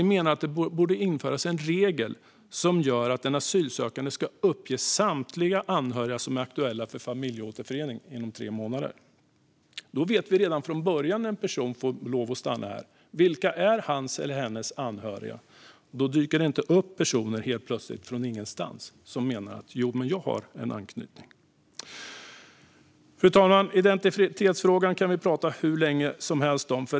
Vi menar att det borde införas en regel om att en asylsökande inom tre månader ska uppge samtliga anhöriga som är aktuella för familjeåterförening. Då vet vi redan från början när en person får lov att stanna här vilka som är hans eller hennes anhöriga. Då dyker det inte helt plötsligt upp personer från ingenstans som menar att de har anknytning. Fru talman! Identitetsfrågan kan vi prata hur länge som helst om.